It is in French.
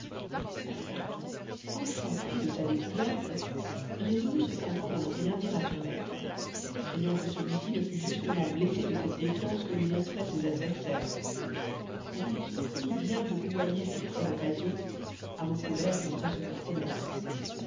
passepartout enchanté de sa découverte résolut cependant de n'en rien dire à son maître craignant que celui-ci ne fût justement blessé de cette défiance que lui montraient ses adversaires mais il se promit bien de gouailler fix à l'occasion à mots couverts et sans se compromettre